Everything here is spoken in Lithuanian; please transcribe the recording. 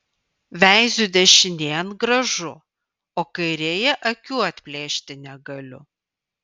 veiziu dešinėn gražu o kairėje akių atplėšti negaliu